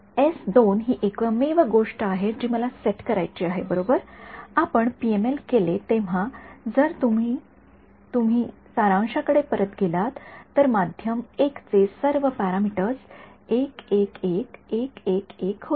S २ ही एकमेव गोष्ट आहे जी मला सेट करायची आहे बरोबरआपण पीएमएल केले तेव्हा जर तुम्ही च्या सारांशाकडे परत गेलात तर माध्यम १ चे सर्व पॅरामीटर्स होते